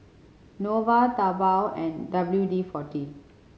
Nova Taobao and W D Forty